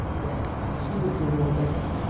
yes, she would do all this,